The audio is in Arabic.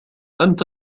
أنت